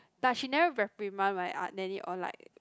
but she never reprimand my uh nanny or like